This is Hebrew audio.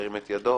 ירים את ידו.